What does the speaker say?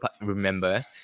remember